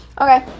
Okay